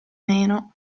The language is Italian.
meno